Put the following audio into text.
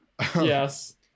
Yes